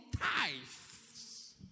tithes